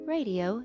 Radio